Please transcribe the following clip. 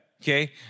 Okay